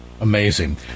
Amazing